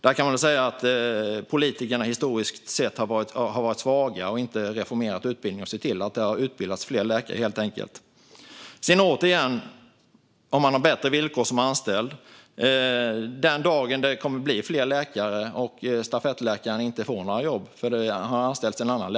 Där kan man väl helt enkelt säga att politikerna historiskt sett har varit svaga och inte reformerat utbildningen för att se till att utbilda fler läkare. Återigen: Den dagen som det blir fler läkare och om man har bättre villkor som anställd får kanske stafettläkaren inte några jobb, eftersom det har anställts en annan.